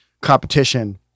competition